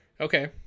okay